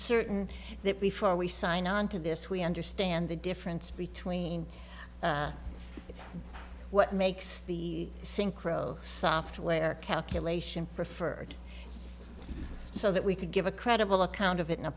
certain that before we sign on to this we understand the difference between what makes the synchro software calculation preferred so that we could give a credible account of it in a